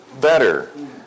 better